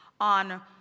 on